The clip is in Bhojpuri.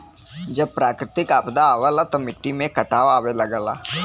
जब प्राकृतिक आपदा आवला त मट्टी में कटाव आवे लगला